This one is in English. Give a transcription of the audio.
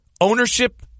ownership